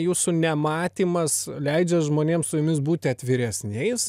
jūsų nematymas leidžia žmonėms su jumis būti atviresniais